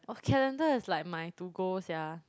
oh calendar is like my to go sia